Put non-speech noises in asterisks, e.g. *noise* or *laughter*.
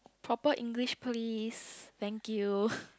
proper English please thank you *laughs*